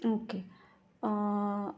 okay